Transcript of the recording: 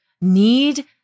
need